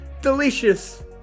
delicious